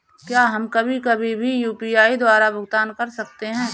क्या हम कभी कभी भी यू.पी.आई द्वारा भुगतान कर सकते हैं?